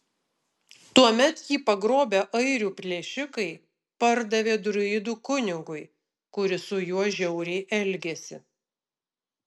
tuomet jį pagrobę airių plėšikai pardavė druidų kunigui kuris su juo žiauriai elgėsi